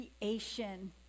creation